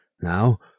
Now